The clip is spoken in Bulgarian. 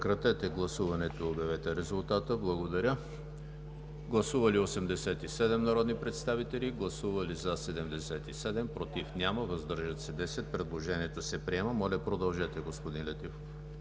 продължете, господин Летифов.